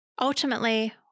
Ultimately